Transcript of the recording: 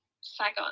Saigon